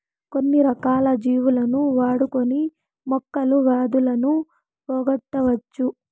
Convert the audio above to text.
కొన్ని రకాల జీవులను వాడుకొని మొక్కలు వ్యాధులను పోగొట్టవచ్చు